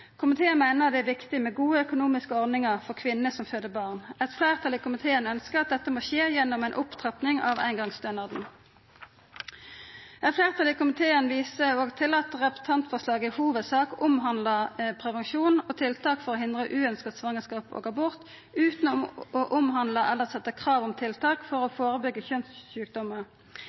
Komiteen meiner det er viktig med gode økonomiske ordningar for kvinner som føder barn. Eit fleirtal i komiteen ønskjer at dette må skje gjennom ei opptrapping av eingongsstønaden. Eit fleirtal i komiteen viser til at representantforslaget i hovudsak omhandlar prevensjon og tiltak for å hindra uønskte svangerskap og abort, utan å omhandla eller setja krav om tiltak for å